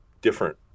different